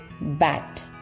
bat